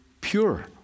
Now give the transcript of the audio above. pure